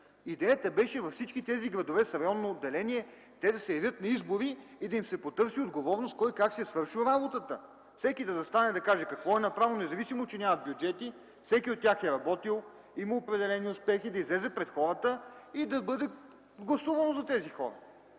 Идеята беше във всичките градове с районно деление те да се явят на избори и да им се потърси отговорност кой как си е свършил работата. Всеки да застане и да каже какво е направил. Независимо че нямат бюджети, всеки от тях е работил, има определени успехи, да излезе пред хората и да бъде гласувано за тези хора,